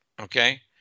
okay